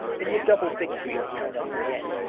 in the double victory of john of brienne,